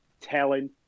telling